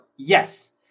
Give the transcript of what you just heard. Yes